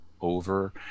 over